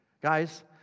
Guys